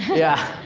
yeah,